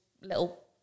little